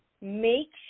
Make